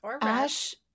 Ash